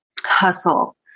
hustle